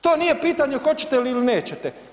To nije pitanje hoćete li ili nećete.